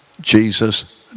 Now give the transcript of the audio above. Jesus